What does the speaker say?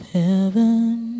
heaven